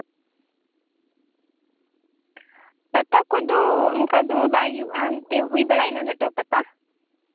ᱯᱟᱛᱟ ᱠᱚᱫᱚ ᱚᱱᱠᱟ ᱫᱚ ᱵᱟᱭ ᱦᱩᱭᱩᱜᱼᱟ ᱮᱱᱛᱮᱫ ᱦᱩᱭ ᱵᱟᱲᱟᱭᱮᱱᱟ ᱞᱟᱹᱴᱩ ᱯᱟᱛᱟ